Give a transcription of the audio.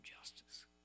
justice